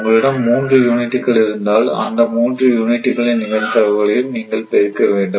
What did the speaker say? உங்களிடம் 3 யூனிட்டுகள் இருந்தால் அந்த மூன்று யூனிட்டுகளின் நிகழ்தகவுகளையும் நீங்கள் பெருக்க வேண்டும்